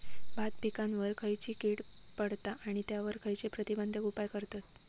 भात पिकांवर खैयची कीड पडता आणि त्यावर खैयचे प्रतिबंधक उपाय करतत?